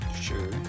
Sure